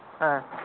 ᱦᱮᱸ